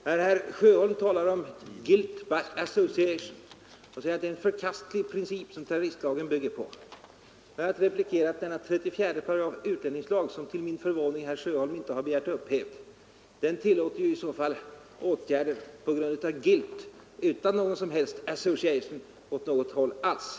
När herr Sjöholm talar om ”guilt by association” och säger att det är en förkastlig princip som terroristlagen bygger på är att replikera att denna 34 § utlänningslagen, som herr Sjöholm till min förvåning inte har begärt upphävd, tillåter åtgärder på grund av ”guilt” utan någon som helst ”association” åt något håll alls.